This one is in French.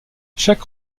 chaque